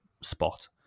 spot